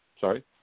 sorry